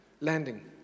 landing